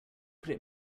could